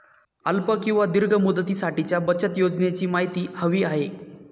अल्प किंवा दीर्घ मुदतीसाठीच्या बचत योजनेची माहिती हवी आहे